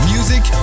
Music